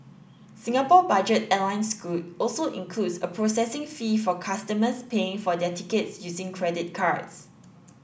Singapore budget airline Scoot also includes a processing fee for customers paying for their tickets using credit cards